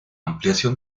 ampliación